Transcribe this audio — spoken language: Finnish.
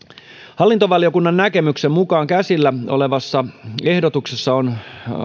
hallintovaliokunnan näkemyksen mukaan käsillä olevassa ehdotuksessa on